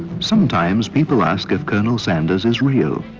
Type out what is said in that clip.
sometimes people ask if colonel sanders is real.